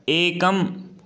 एकम्